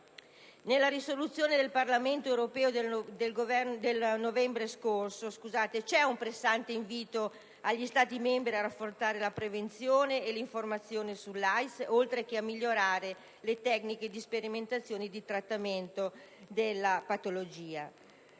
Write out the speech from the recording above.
Nella risoluzione del Parlamento europeo del novembre scorso c'è un pressante invito agli Stati membri ad affrontare la prevenzione e l'informazione sull'AIDS, oltre che a migliorare le tecniche di sperimentazione e di trattamento della patologia.